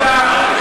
בעמידה,